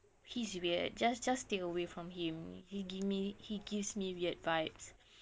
he's weird just just stay away from him he give me he gives me weird vibes